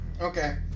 okay